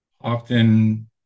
often